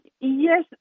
Yes